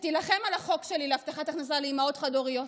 שתילחם על החוק שלי להבטחת הכנסה לאימהות חד-הוריות,